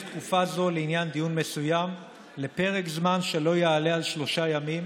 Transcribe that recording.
תקופה זו לעניין דיון מסוים לפרק זמן שלא יעלה על שלושה ימים.